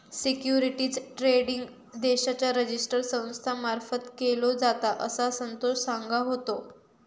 securities trading देशाच्या register संस्था मार्फत केलो जाता, असा संतोष सांगा होतो